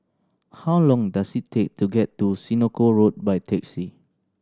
how long does it take to get to Senoko Road by taxi